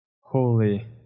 holy